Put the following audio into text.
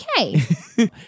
okay